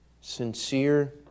sincere